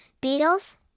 beetles